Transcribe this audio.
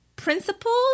principles